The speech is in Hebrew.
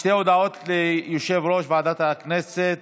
שתי הודעות ליושב-ראש ועדת הכנסת